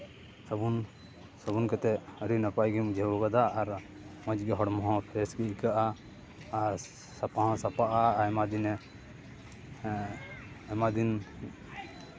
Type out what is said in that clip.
ᱥᱟᱵᱚᱱ ᱥᱩᱱᱩᱢ ᱠᱟᱛᱮ ᱟᱹᱰᱤ ᱱᱟᱯᱟᱭ ᱜᱮᱢ ᱵᱩᱡᱷᱟᱹᱣ ᱠᱟᱫᱟ ᱢᱚᱡᱽ ᱜᱮ ᱦᱚᱲᱢᱚ ᱦᱚᱸ ᱯᱷᱨᱮᱥ ᱜᱮ ᱟᱹᱭᱠᱟᱹᱜᱼᱟ ᱟᱨ ᱥᱟᱯᱟ ᱦᱚᱸ ᱥᱟᱯᱟᱜᱼᱟ ᱟᱭᱢᱟ ᱫᱤᱱᱮᱢ ᱦᱮᱸ ᱟᱭᱢᱟ ᱫᱤᱱ